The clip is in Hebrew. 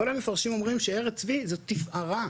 כל המפרשים אומרים שארץ צבי זו תפארה,